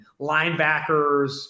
linebackers